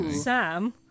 Sam